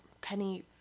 Penny